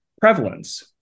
prevalence